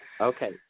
Okay